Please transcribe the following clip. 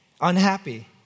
unhappy